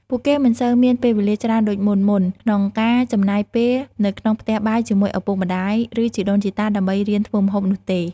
ពួកគេមិនសូវមានពេលវេលាច្រើនដូចមុនៗ ក្នុងការចំណាយពេលនៅក្នុងផ្ទះបាយជាមួយឪពុកម្តាយ ឬជីដូនជីតាដើម្បីរៀនធ្វើម្ហូបនោះទេ។